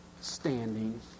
standing